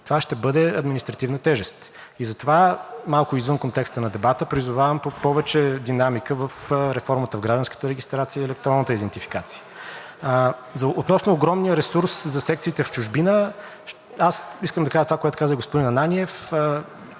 това ще бъде административна тежест. Затова, малко извън контекста на дебата, призовавам за повече динамика в реформата в гражданската регистрация и електронната идентификация. Относно огромния ресурс за секциите в чужбина аз искам да кажа това, което каза и господин Ананиев.